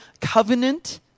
covenant